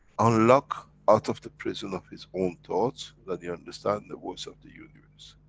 unlock out of the prison of his own thoughts, that he understand the voice of the universe.